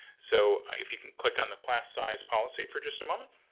so, if you can click on the class size policy for just a moment.